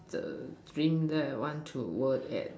the dream that I want to work at